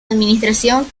administración